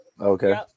okay